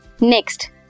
Next